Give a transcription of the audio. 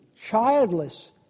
childless